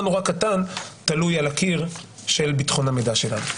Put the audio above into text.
קטן תלוי על הקיר של ביטחון המידע שלנו.